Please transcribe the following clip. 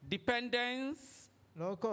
Dependence